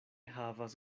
havas